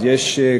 אז יש,